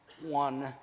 one